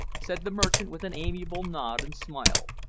said the merchant with an amiable nod and smile,